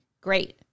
Great